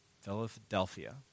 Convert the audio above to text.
philadelphia